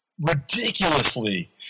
Ridiculously